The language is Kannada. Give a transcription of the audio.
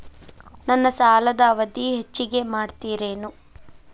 ನನ್ನ ಸಾಲದ ಅವಧಿ ಹೆಚ್ಚಿಗೆ ಮಾಡ್ತಿರೇನು?